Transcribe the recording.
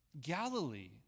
Galilee